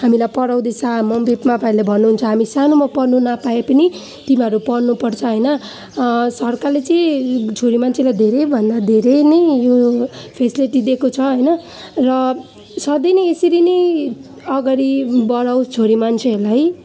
हामीलाई पढाउँदैछ मम्मीपापाहरूले भन्नुहुन्छ हामी सानोमा पढ्नु नपाए पनि तिमीहरू पढ्नुपर्छ होइन सरकारले चाहिँ छोरीमान्छेलाई धेरै भन्दा धेरै नै यो फेसिलिटी दिएको छ होइन र सधैँ नै यसरी नै अगाडि बढाओस् छोरीमान्छेहरूलाई